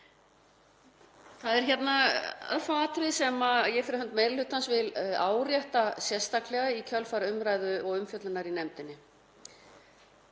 Það eru örfá atriði sem ég, fyrir hönd meiri hlutans, vil árétta sérstaklega í kjölfar umræðu og umfjöllunar í nefndinni.